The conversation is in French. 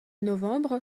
novembre